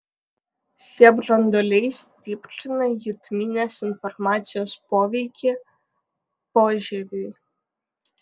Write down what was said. šie branduoliai stiprina jutiminės informacijos poveikį požieviui